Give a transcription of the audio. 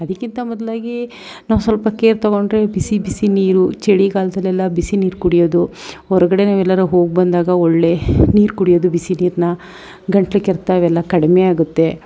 ಅದಕ್ಕಿಂತ ಮೊದಲಾಗಿ ನಾವು ಸ್ವಲ್ಪ ಕೇರ್ ತೊಗೊಂಡರೆ ಬಿಸಿ ಬಿಸಿ ನೀರು ಚಳಿಗಾಲದಲ್ಲೆಲ್ಲ ಬಿಸಿ ನೀರು ಕುಡಿಯೋದು ಹೊರ್ಗಡೆ ನಾವೆಲ್ಲಾದ್ರು ಹೋಗಿ ಬಂದಾಗ ಒಳ್ಳೆಯ ನೀರು ಕುಡಿಯೋದು ಬಿಸಿ ನೀರನ್ನ ಗಂಟಲು ಕೆರೆತ ಇವೆಲ್ಲ ಕಡಿಮೆಯಾಗುತ್ತೆ